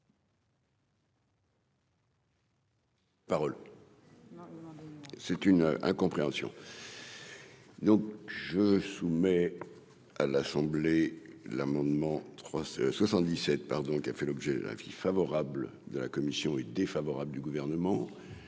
Salmon. C'est une incompréhension. Donc je soumets à l'Assemblée, l'amendement 377 pardon qui a fait l'objet d'avis favorable de la commission est défavorable du gouvernement